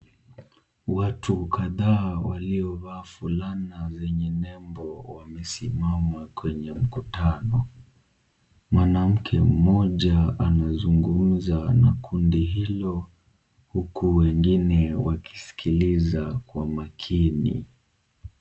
Watu kadhaa waliovaa fulana zenye nembo wamesimama kwenye mkutano . Mwanamke mmoja anazungumza na kundi hilo huku wengine wakisikiliza kwa makini.